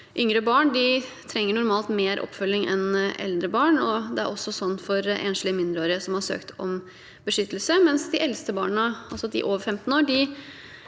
Yngre barn trenger normalt mer oppfølging enn eldre barn, og det gjelder også enslige mindreårige som har søkt om beskyttelse, mens de eldste barna, altså de over 15 år,